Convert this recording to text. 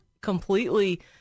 completely